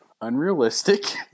unrealistic